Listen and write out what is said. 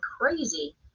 crazy